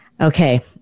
Okay